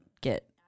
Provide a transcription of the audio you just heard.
get